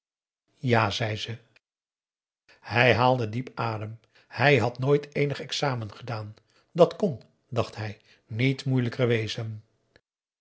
ja zei ze hij haalde diep adem hij had nooit eenig examen gedaan dat kon dacht hij niet moeilijker wezen